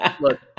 look